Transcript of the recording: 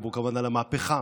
דיברו כמובן על המהפכה,